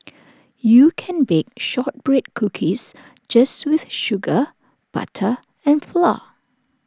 you can bake Shortbread Cookies just with sugar butter and flour